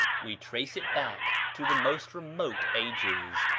we trace it back to the most remote ages.